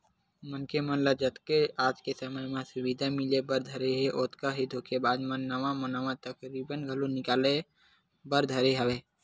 मनखे मन ल जतके आज के समे म सुबिधा मिले बर धरे हे ओतका ही धोखेबाज मन नवा नवा तरकीब घलो निकाले बर धरे हवय